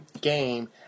game